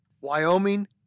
Wyoming